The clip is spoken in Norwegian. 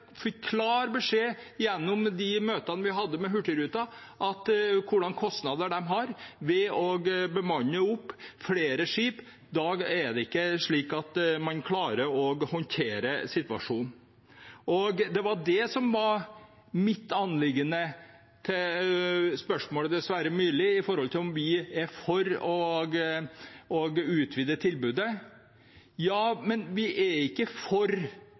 ved å bemanne opp flere skip. I dag er det ikke slik at man klarer å håndtere situasjonen. Det var det som var mitt anliggende i spørsmålet til Sverre Myrli, om vi er for å utvide tilbudet. Ja, men vi er ikke for